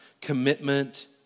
commitment